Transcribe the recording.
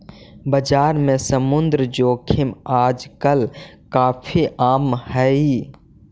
बाजार में मुद्रा जोखिम आजकल काफी आम हई